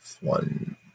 one